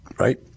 right